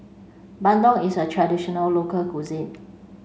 Bandung is a traditional local cuisine